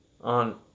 on